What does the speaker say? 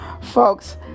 Folks